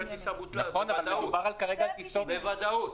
בוודאות.